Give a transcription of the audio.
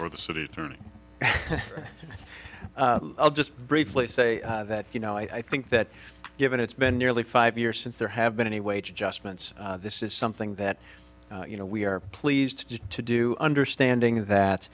for the city attorney just briefly say that you know i think that given it's been nearly five years since there have been any wage adjustments this is something that you know we are pleased to do understanding that